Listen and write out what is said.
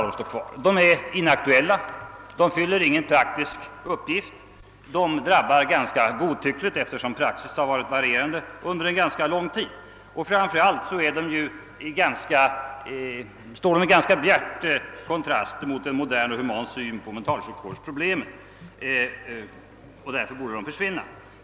De är inaktuella, de fyller ingen praktisk uppgift, de drabbar ganska godtyckligt eftersom praxis varit varierande under en lång tid. Framför allt står de i bjärt kontrast till en modern och human syn på mentalsjukvårdsproblemen, och därför borde de försvinna.